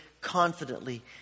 confidently